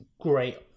great